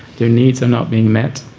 their needs are not being met.